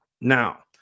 Now